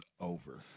over